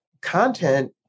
content